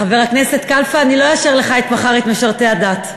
חבר הכנסת קלפה, אני לא אאשר לך מחר את משרתי הדת.